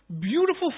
beautiful